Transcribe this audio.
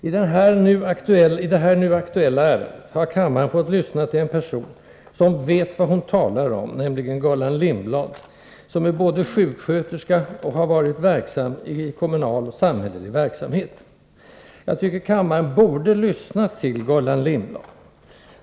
I det nu aktuella ärendet har kammaren fått lyssna till en person som vet vad hon talar om, nämligen Gullan Lindblad, som är sjuksköterska och som har varit verksam i kommunal, samhällelig verksamhet. Jag tycker att kammaren borde lyssna till Gullan Lindblad.